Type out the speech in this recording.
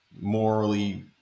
morally